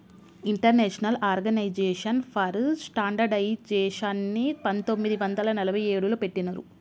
international organisation for స్టాండర్డయిజేషన్ని పంతొమ్మిది వందల నలభై ఏడులో పెట్టినరు